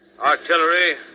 Artillery